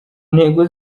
ntego